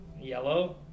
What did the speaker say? Yellow